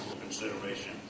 consideration